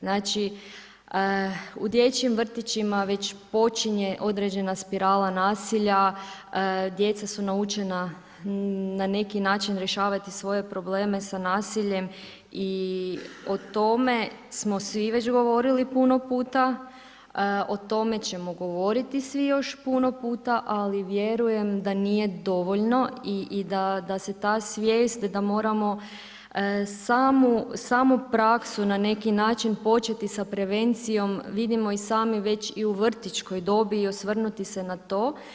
Znači u dječjim vrtićima već počinje određena spirala nasilja, djeca su naučena na neki način rješavati svoje probleme sa nasiljem i o tome smo svi već govorili puno puta, o tome ćemo govoriti svi još puno puta, ali vjerujem da nije dovoljno i da se ta svijest da moramo samu praksu na neki način početi sa prevencijom, vidimo i sami već i u vrtićkoj dobi i osvrnuti se na to.